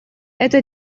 это